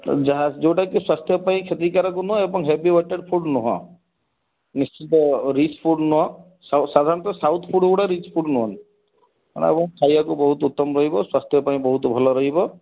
ଯାହା ଯେଉଁଟାକି ସ୍ୱାସ୍ଥ୍ୟ ପାଇଁ କ୍ଷତିକାରକ ନୁହେଁ ଏବଂ ହେବି ୱେଟେଡ଼ ଫୁଡ଼ ନୁହଁ ନିଶ୍ଚିନ୍ତ ରିଚ୍ ଫୁଡ଼ ନୁହଁ ସାଧାରଣତଃ ସାଉଥ୍ ଫୁଡ଼ ଗୁଡ଼ା ରିଚ ଫୁଡ଼ ନୁହଁନ୍ତି ଆଉ ଖାଇବାକୁ ବହୁତ ଉତ୍ତମ ରହିବ ସ୍ୱାସ୍ଥ୍ୟ ପାଇଁ ବହୁତ ଭଲ ରହିବ